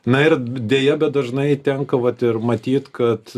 na ir deja bet dažnai tenka vat ir matyt kad